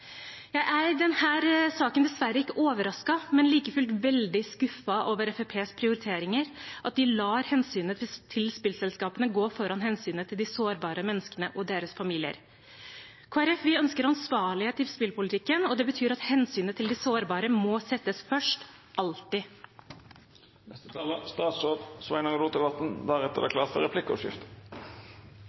Jeg er i denne saken dessverre ikke overrasket, men like fullt veldig skuffet over Fremskrittspartiets prioriteringer og at de lar hensynet til spillselskapene gå foran hensynet til de sårbare menneskene og deres familier. Kristelig Folkeparti ønsker ansvarlighet i spillpolitikken, og det betyr at hensynet til de sårbare må settes først